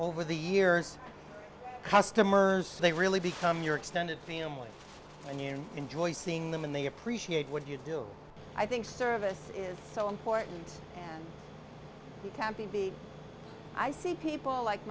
over the years customers they really become your extended family and you enjoy seeing them and they appreciate what you do i think service is so important you can be i see people like